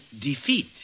defeat